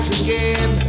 again